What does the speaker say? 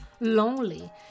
lonely